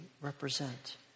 represent